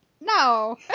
No